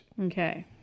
Okay